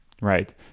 right